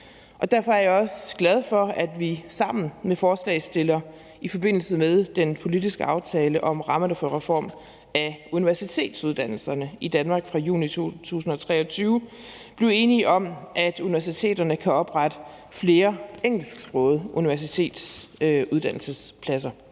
Derfor er jeg også gladfor, atvi sammen med forslagsstillerne i forbindelse med den politiske aftale om rammerne for reform af universitetsuddannelserne i Danmark fra juni 2023 blev enige om, at universiteterne kan oprette flere engelsksprogede universitetsuddannelsespladser.